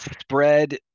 spread